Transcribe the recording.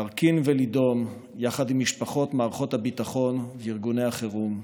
להרכין ולידום יחד עם משפחות מערכות הביטחון וארגוני החירום,